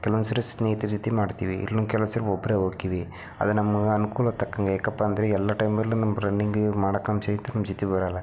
ಕೆಲ್ವೊಂದು ಸಾರಿ ಸ್ನೇಹಿತ್ರ ಜೊತೆಗ್ ಮಾಡ್ತೀವಿ ಇಲ್ಲ ಒಂದು ಕೆಲವೊಂದ್ ಸಾರಿ ಒಬ್ಬರೇ ಹೋಕ್ತೀವಿ ಅದು ನಮ್ಗೆ ಅನುಕೂಲ ತಕ್ಕಂಗೆ ಯಾಕಪ್ಪ ಅಂದರೆ ಎಲ್ಲ ಟೈಮಲ್ಲೂ ನಮ್ಮ ರನ್ನಿಂಗಿಗೆ ಮಾಡಕ್ಕೆ ನಮ್ಮ ಸ್ನೇಹಿತ್ರು ನಮ್ಮ ಜೊತೆ ಬರಲ್ಲ